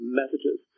messages